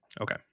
okay